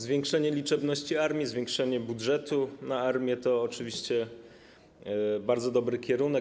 Zwiększenie liczebności armii, zwiększenie budżetu na armię to oczywiście bardzo dobry kierunek.